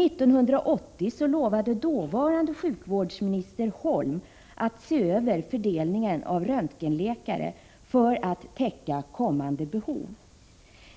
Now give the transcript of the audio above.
1980 lovade dåvarande sjukvårdsminister Holm att se över fördelningen av röntgenläkare för att täcka kommande behov.